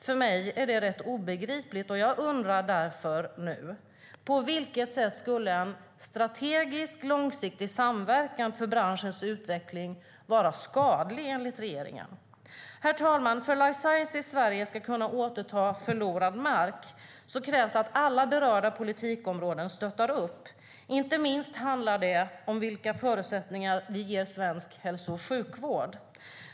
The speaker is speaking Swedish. För mig är det obegripligt, och jag undrar därför: På vilket sätt skulle en strategisk, långsiktig samverkan för branschens utveckling vara skadlig enligt regeringen? Herr talman! För att life science i Sverige ska kunna återta förlorad mark krävs det att alla berörda politikområden ger sitt stöd. Inte minst handlar det om vilka förutsättningar som ges till svensk hälso och sjukvård.